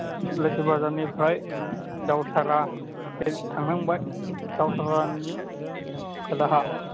लोक्षि बाजारनिफ्राय दावधारा थांहांबाय दावथारानि खोलाहा